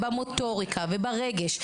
במוטוריקה וברגש.